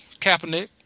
Kaepernick